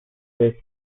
the